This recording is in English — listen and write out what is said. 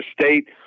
State